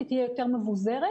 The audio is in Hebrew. היא תהיה יותר מבוזרת,